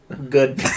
Good